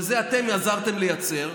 ואת זה אתם עזרתם לייצר,